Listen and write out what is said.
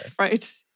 Right